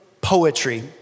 poetry